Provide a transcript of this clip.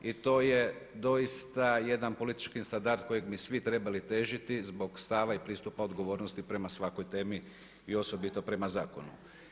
I to je doista jedan politički standard kojem bi svi trebali težiti zbog stava i pristupa odgovornosti prema svakoj temi i osobito prema zakonu.